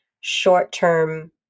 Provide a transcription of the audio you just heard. short-term